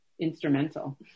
instrumental